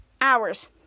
hours